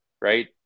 Right